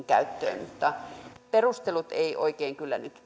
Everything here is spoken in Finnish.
käyttöön perustelut eivät oikein kyllä